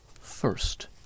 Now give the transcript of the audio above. First